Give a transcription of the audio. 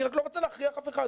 אני רק לא רוצה להכריח אף אחד.